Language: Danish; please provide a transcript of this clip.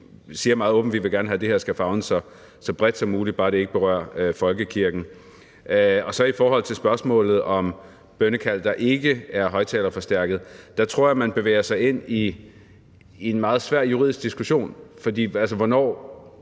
at vi gerne vil have, at det her skal favne så bredt som muligt, bare det ikke berører folkekirken. Så til spørgsmålet om bønnekald, der ikke er højtalerforstærket: Der tror jeg, at man bevæger sig ind i en meget svær juridisk diskussion,